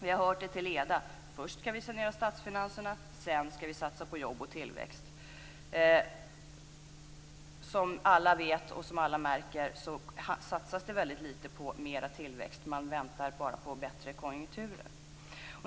Vi har hört det till leda: Först skall vi sanera statsfinanserna, sedan skall vi satsa på jobb och tillväxt. Som alla vet och märker satsas det väldigt lite på mer tillväxt. Man väntar bara på bättre konjunkturer.